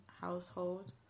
household